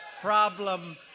problem